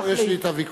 פה יש לי את הוויכוח.